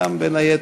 בין היתר,